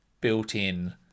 built-in